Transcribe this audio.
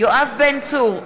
יואב בן צור,